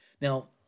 Now